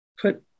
put